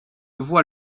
vois